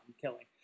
killing